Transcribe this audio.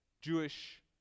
Jewish